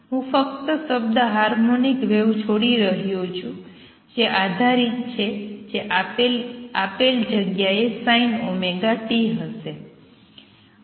હું ફક્ત શબ્દ હાર્મોનિક વેવ છોડી રહ્યો છું જે આધારિત છે જે આપેલ જગ્યા એ sin ωt હશે